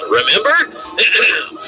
remember